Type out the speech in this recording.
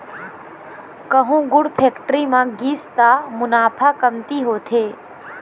कहूँ गुड़ फेक्टरी म गिस त मुनाफा कमती होथे